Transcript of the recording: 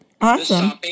Awesome